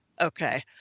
Okay